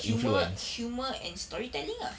humour humour and story telling ah